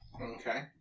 Okay